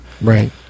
Right